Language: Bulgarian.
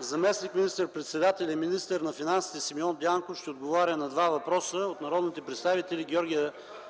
Заместник министър-председателят и министър на финансите Симеон Дянков ще отговаря на два въпроса от народните представители Георги